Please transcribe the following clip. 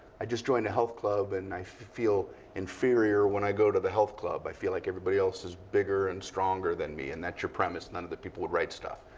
i just joined a health club. and i feel inferior when i go to the health club. i feel like everybody else is bigger and stronger than me. and that's your premise. none of the people would write stuff.